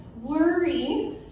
Worry